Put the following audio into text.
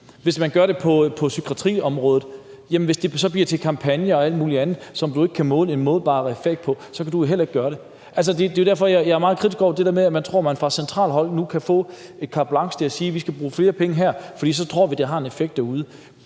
Hvis man gør det på psykiatriområdet og det så bliver til kampagner og alt mulig andet, som du ikke kan måle en målbar effekt af, så kan du jo heller ikke gøre det. Det er jo derfor, jeg er meget kritisk over for det der med, at man tror, at man nu fra centralt hold kan få et carte blanche til at sige, at vi skal bruge flere penge her. For så tror vi, at det har en effekt derude.